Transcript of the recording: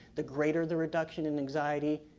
the greater the reduction in anxiety.